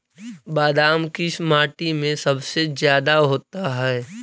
बादाम किस माटी में सबसे ज्यादा होता है?